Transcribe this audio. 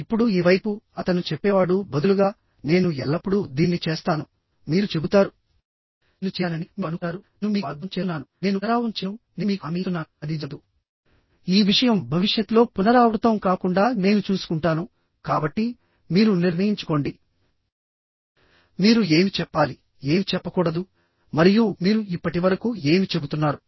ఇప్పుడు ఈ వైపు అతను చెప్పేవాడు బదులుగా నేను ఎల్లప్పుడూ దీన్ని చేస్తాను మీరు చెబుతారునేను చేశానని మీరు అనుకుంటారు నేను మీకు వాగ్దానం చేస్తున్నాను నేను పునరావృతం చేయను నేను మీకు హామీ ఇస్తున్నాను అది జరగదు ఈ విషయం భవిష్యత్ లో పునరావృతం కాకుండా నేను చూసుకుంటాను కాబట్టి మీరు నిర్ణయించుకోండిమీరు ఏమి చెప్పాలి ఏమి చెప్పకూడదు మరియు మీరు ఇప్పటివరకు ఏమి చెబుతున్నారు